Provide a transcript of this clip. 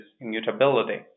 immutability